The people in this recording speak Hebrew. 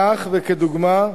כך, וכדוגמה,